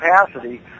capacity